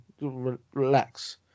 relax